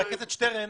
חבר הכנסת שטרן,